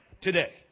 today